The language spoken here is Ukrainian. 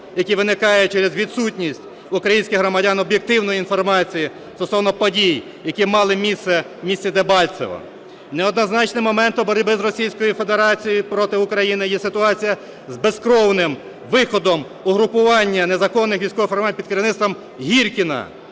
які виникають через відсутність в українських громадян об'єктивної інформації стосовно подій, які мали місце в місті Дебальцеве. Неоднозначним моментом боротьби Російської Федерації проти України є ситуація з безкровним виходом угрупування незаконних військових формувань під керівництвом Гіркина,